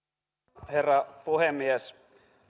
arvoisa herra puhemies